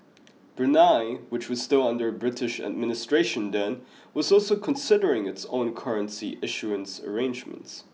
Brunei which was still under British administration then was also considering its own currency issuance arrangements